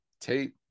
tate